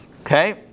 Okay